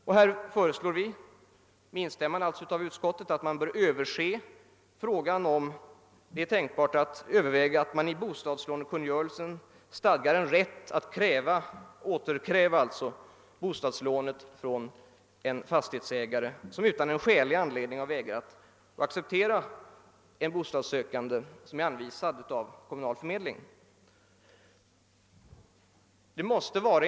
Motionärerna föreslår, med instämmande av utskottet, att man bör överväga om inte bostadslånekungörelsen skulle kunna stadga en rätt att återkräva bostadslånen från en fastighetsägare som utan skälig anledning vägrar acceptera den bostadssökande som anvisats av den kommunala bostadsförmedlingen.